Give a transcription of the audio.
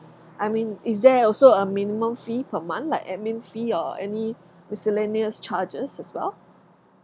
I mean is there also a minimum fee per month like admin fee or any miscellaneous charges as well